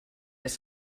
les